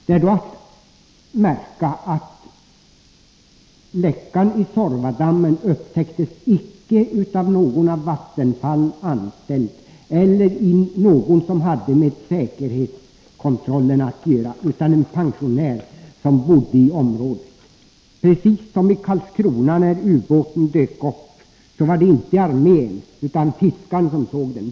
Det är då att märka att läckan i Suorvadammen inte upptäcktes av någon av Vattenfall anställd eller av någon som hade med säkerhetskontrollen att göra, utan av en pensionär, som bor i området — precis som i Karlskrona när ubåten dök upp, då det inte var militären utan en fiskare som såg den.